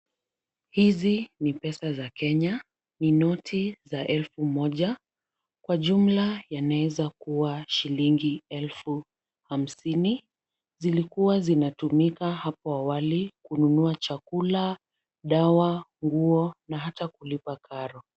Hizi ni pesa za Kenya. Ni noti za elfu moja, kwa jumla yanaweza kuwa shilingi elfu hamsini. Zilikuwa zinatumika hapo awali kununua chakula, dawa, nguo na hata kulipa karo.